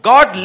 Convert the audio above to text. God